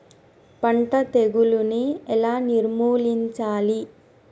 పంట తెగులుని ఎలా నిర్మూలించాలి?